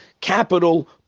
capital